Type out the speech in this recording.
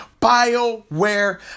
Bioware